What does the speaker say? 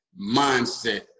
mindset